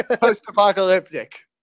post-apocalyptic